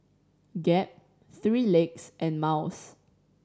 Gap Three Legs and Miles